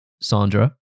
Sandra